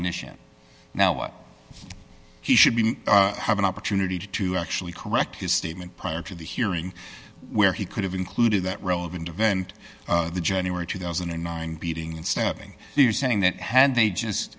mission now what he should be have an opportunity to actually correct his statement prior to the hearing where he could have included that relevant event the january two thousand and nine beating and stabbing you saying that had they just